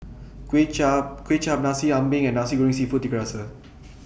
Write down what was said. Kway Chap Nasi Ambeng and Nasi Goreng Seafood Tiga Rasa